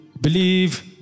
believe